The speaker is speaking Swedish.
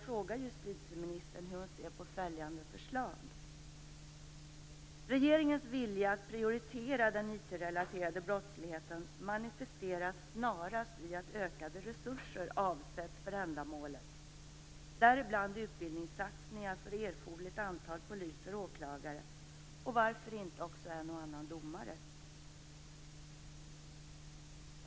Regeringens vilja att prioritera den IT-relaterade brottsligheten bör snarast manifesteras i att ökade resurser avsätts för ändamålet, däribland utbildningssatsningar för eforderligt antal poliser och åklagare, och varför inte också en och annan domare.